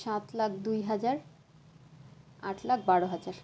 সাত লাখ দুই হাজার আট লাখ বারো হাজার